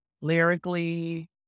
lyrically